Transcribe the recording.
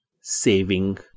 saving